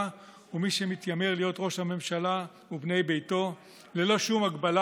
ומי שמתיימר להיות ראש הממשלה ובני ביתו ללא שום הגבלה